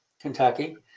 Kentucky